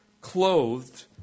clothed